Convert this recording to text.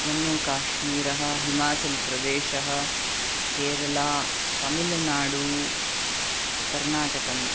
जम्मू कश्मीरः हिमाचल्प्रदेशः केरला तामिलुनाडु कर्नाटकम्